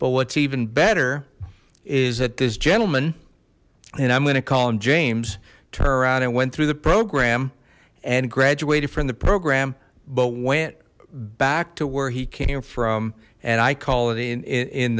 but what's even better is that this gentleman and i'm going to call him james turn around and went through the program and graduated from the program but went back to where he came from and i call it in in